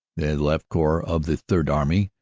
the left corps of the third army,